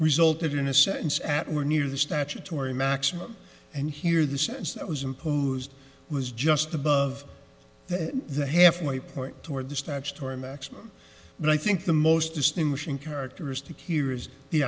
resulted in a sentence at were near the statutory maximum and here the sense that was imposed was just above the halfway point toward the statutory maximum but i think the most distinguishing characteristic here is the